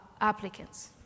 applicants